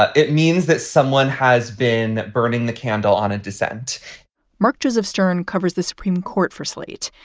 ah it means that someone has been burning the candle on a dissent mark joseph stern covers the supreme court for slate.